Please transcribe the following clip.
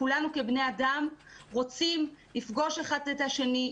כולנו כבני אדם רוצים לפגוש אחד את השני,